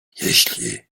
jeśli